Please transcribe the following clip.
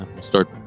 start